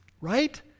right